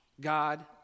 God